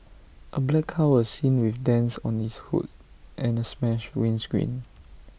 A black car was seen with dents on its hood and A smashed windscreen